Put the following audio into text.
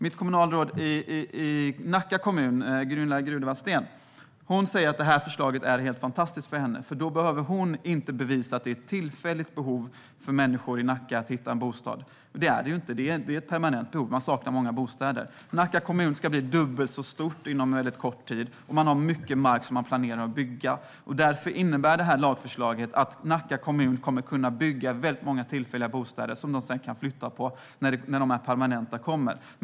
Mitt kommunalråd i Nacka kommun, Gunilla Grudevall-Steen, säger att detta förslag är helt fantastiskt för henne, eftersom hon då inte behöver bevisa att människor i Nacka har ett tillfälligt behov av att hitta en bostad. Och det är det inte. Det är ett permanent behov, och man saknar många bostäder. Nacka kommun ska bli dubbelt så stor inom en kort tid, och man har mycket mark som man planerar att bygga på. Därför innebär detta lagförslag att Nacka kommun kommer att kunna bygga väldigt många tillfälliga bostäder som de sedan kan flytta på när de permanenta bostäderna ska byggas.